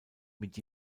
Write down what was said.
mit